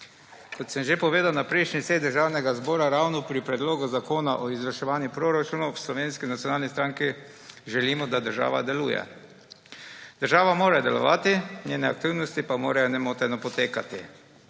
Kot sem že povedal na prejšnji seji Državnega zbora ravno pri predlogu zakona o izvrševanju proračunov, v Slovenski nacionalni stranki želimo, da država deluje. Država mora delovati, njene aktivnosti pa morajo nemoteno potekati.